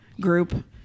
group